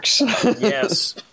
Yes